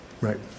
Right